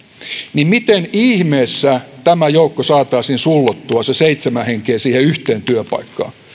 niin miten ihmeessä tämä joukko saataisiin sullottua se seitsemän henkeä siihen yhteen työpaikkaan